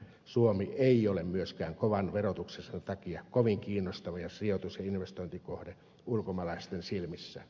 suomi ei ole myöskään kovan verotuksensa takia kovin kiinnostava sijoitus ja investointikohde ulkomaalaisten silmissä